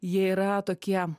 jie yra tokie